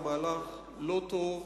הוא מהלך לא טוב,